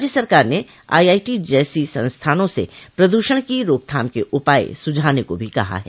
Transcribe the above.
राज्य सरकार ने आईआईटी जैसी संस्थानों से प्रदूषण की रोकथाम के उपाय सुझाने को भी कहा है